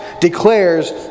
declares